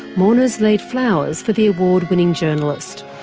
mourners laid flowers for the award-winning journalist.